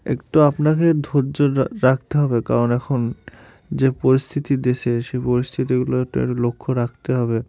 একটু আপনাকে ধৈর্য রা রাখতে হবে কারণ এখন যে পরিস্থিতি দেশে সেই পরিস্থিতিগুলো একটু লক্ষ্য রাখতে হবে